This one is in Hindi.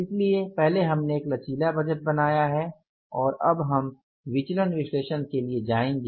इसलिए पहले हमने एक लचीला बजट बनाया है और अब हम विचलन विश्लेषण के लिए जाएंगे